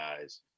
guys